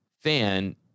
fan